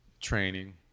training